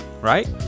Right